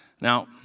Now